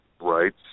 Rights